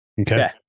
Okay